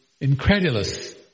incredulous